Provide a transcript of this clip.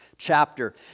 Chapter